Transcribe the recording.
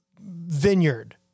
vineyard